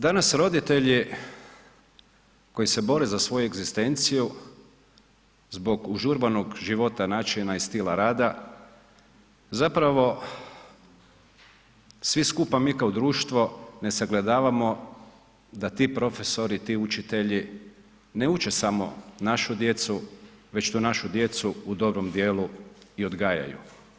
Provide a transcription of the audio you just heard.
Danas roditelji koji se bore za svoju egzistenciju zbog užurbanog života, načina i stila rada zapravo svi skupa mi kao društvo ne sagledavamo da ti profesori ti učitelji ne uče samo našu djecu, već tu našu djecu u dobrom dijelu i odgajaju.